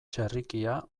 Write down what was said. txerrikia